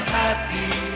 happy